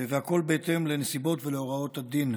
והכול בהתאם לנסיבות ולהוראות הדין.